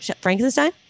Frankenstein